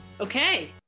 Okay